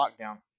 lockdown